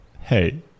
hey